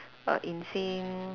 err insane